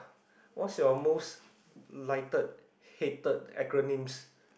what's your most lighted hated acronyms